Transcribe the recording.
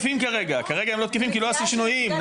כרגע הם לא תקפים כי לא עשו שינויים.